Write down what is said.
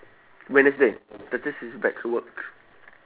wednesday thursday she's back to work